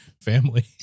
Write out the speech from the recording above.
family